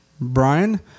Brian